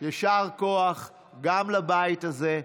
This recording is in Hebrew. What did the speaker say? יישר כוח גם לבית הזה.